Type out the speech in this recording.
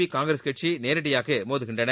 காங்கிரஸ் கட்சி நேரடியாக மோதுகின்றன